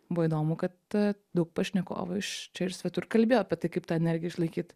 buvo įdomu kad daug pašnekovų iš čia ir svetur kalbėjo apie tai kaip tą energiją išlaikyt